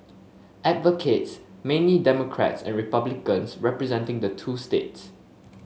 advocates mainly Democrats and Republicans representing the two states